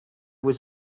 was